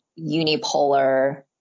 unipolar